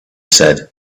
said